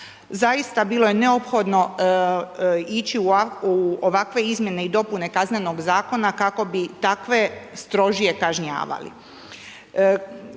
Zaista bilo je neophodno ići u ovakve Izmjene i dopune Kaznenog zakona kako bi takve strožije kažnjavali.